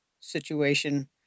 situation